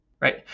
right